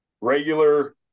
regular